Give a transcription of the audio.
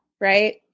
Right